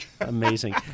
Amazing